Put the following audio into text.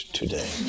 today